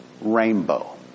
rainbow